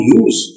use